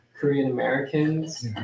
Korean-Americans